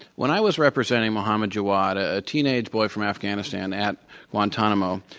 when i was representing mohammed jawad, a teenage boy from afghanistan at guantanamo,